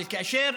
אבל כאשר